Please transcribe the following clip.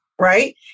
right